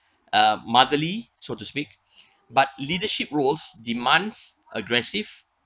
uh motherly so to speak but leadership roles demands aggressive